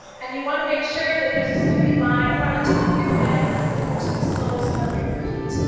and you want to make sure that there's a straight line from the top of your head soles of your feet